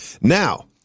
Now